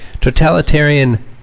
totalitarian